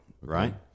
right